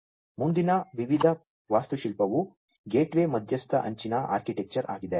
ಮುಂದಿನ ವಿಧದ ವಾಸ್ತುಶಿಲ್ಪವು ಗೇಟ್ವೇ ಮಧ್ಯಸ್ಥ ಅಂಚಿನ ಆರ್ಕಿಟೆಕ್ಚರ್ ಆಗಿದೆ